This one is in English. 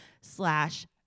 slash